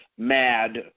Mad